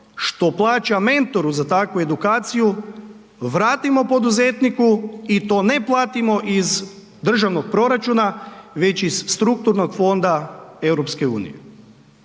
što plaća mentoru za takvu edukaciju vratimo poduzetniku i to ne platimo iz državnog proračuna već iz strukturnog fonda EU.